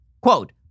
Quote